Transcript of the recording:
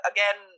Again